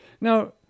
Now